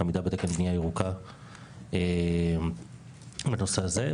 עמידה בתקן בנייה ירוקה בנושא הזה,